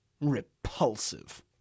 Repulsive